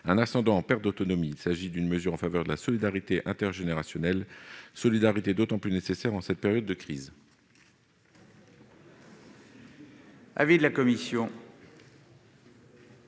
un ascendant en perte d'autonomie. Il s'agit d'une mesure en faveur de la solidarité intergénérationnelle, solidarité d'autant plus nécessaire en période de crise.